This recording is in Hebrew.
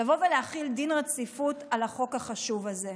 לבוא ולהחיל דין רציפות על החוק החשוב הזה.